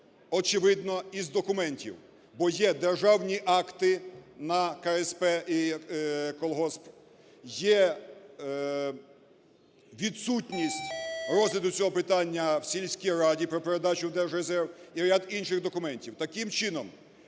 очевидно із документів, бо є державні акти на КСП і колгосп, є відсутність розгляду цього питання в сільській раді про передачу в Держрезерв і ряд інших документів. Таким чином,